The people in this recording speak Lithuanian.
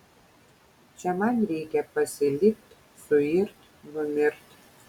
čia man reikia pasilikt suirt numirt